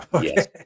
Yes